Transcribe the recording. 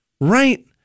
Right